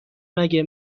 مگه